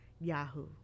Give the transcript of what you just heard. Yahoo